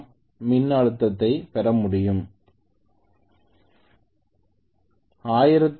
எனவே 200If என்றால் ஒரு ஜெனரேட்டராக Ia ஆக இருக்கும் எனவே Ia 202